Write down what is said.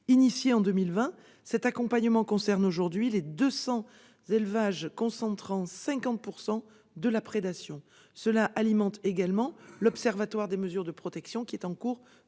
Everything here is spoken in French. Inauguré en 2020, cet accompagnement concerne aujourd'hui les 200 élevages concentrant 50 % de la prédation. Cela alimente également l'observatoire des mesures de protection, qui est en cours